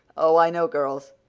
oh, i know girls!